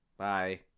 Bye